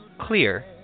clear